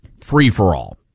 free-for-all